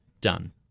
done